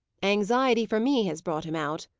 anxiety for me has brought him out,